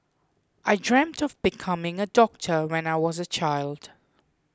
I dreamt of becoming a doctor when I was a child